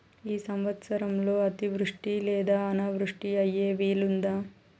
ఈ సంవత్సరంలో అతివృష్టి లేదా అనావృష్టి అయ్యే వీలుందా?